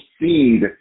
seed